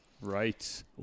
Right